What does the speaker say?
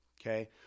okay